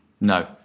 no